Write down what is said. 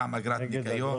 פעם אגרת ניקיון,